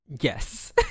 Yes